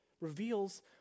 reveals